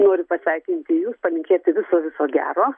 noriu pasveikinti jus palinkėti viso viso gero